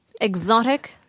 exotic